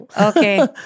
Okay